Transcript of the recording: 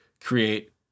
create